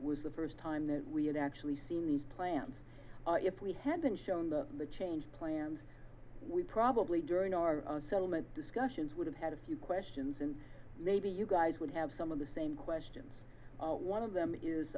was the first time that we had actually seen these plans if we had been shown the the change plans we probably during our settlement discussions would have had a few questions and maybe you guys would have some of the same questions one of them is